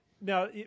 now